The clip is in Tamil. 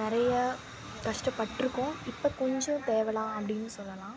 நிறையா கஷ்டபட்டிருக்கோம் இப்போ கொஞ்சம் தேவலாம் அப்டின்னு சொல்லலாம்